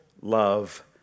love